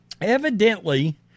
evidently